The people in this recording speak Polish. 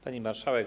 Pani Marszałek!